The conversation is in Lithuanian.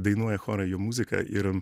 dainuoja chorai jo muziką ir